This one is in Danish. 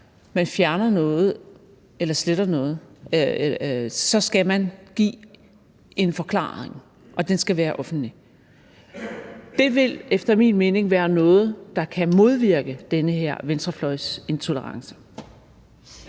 man fjerner noget eller sletter noget, skal give en forklaring, og den skal være offentlig. Det vil efter min mening være noget, der kan modvirke den her venstrefløjsintolerance.